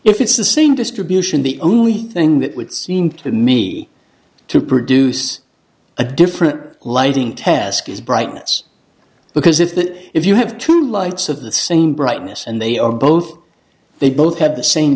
if it's the same distribution the only thing that would seem to me to produce a different lighting test is brightness because if that if you have two lights of the same brightness and they are both they both have the same